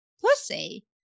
pussy